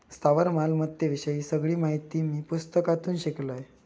स्थावर मालमत्ते विषयी सगळी माहिती मी पुस्तकातून शिकलंय